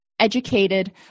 educated